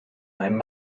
einem